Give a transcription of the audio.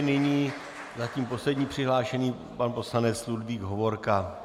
Nyní zatím poslední přihlášený pan poslanec Ludvík Hovorka.